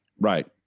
Right